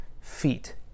feet